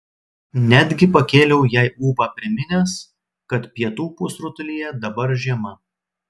netgi pakėliau jai ūpą priminęs kad pietų pusrutulyje dabar žiema